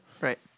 Right